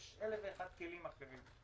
יש אלף ואחד כלים אחרים.